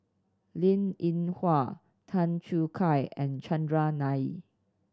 Linn In Hua Tan Choo Kai and Chandran Nair